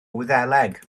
wyddeleg